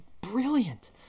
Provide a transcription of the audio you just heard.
brilliant